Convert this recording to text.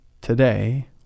today